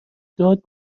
داد